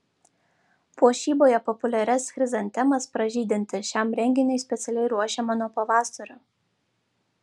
puošyboje populiarias chrizantemas pražydinti šiam renginiui specialiai ruošiama nuo pavasario